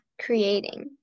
creating